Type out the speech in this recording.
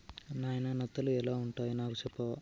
నాయిన నత్తలు ఎలా వుంటాయి నాకు సెప్పవా